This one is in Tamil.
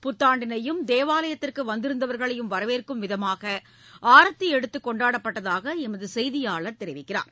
புத்தாண்டினையும் தேவாலயத்திற்கு வந்திருந்தவர்களையும் வரவேற்கும் விதமாக ஆரத்தி எடுத்து கொண்டாடப்பட்டதாக எமது செய்தியாளர் தெரிவிக்கிறார்